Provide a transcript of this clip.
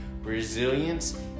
resilience